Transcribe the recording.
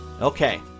Okay